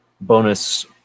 Bonus